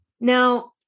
Now